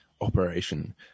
operation